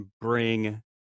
bring